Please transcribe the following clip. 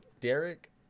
Derek